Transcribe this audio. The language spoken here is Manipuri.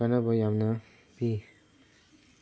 ꯀꯥꯟꯅꯕ ꯌꯥꯝꯅ ꯄꯤ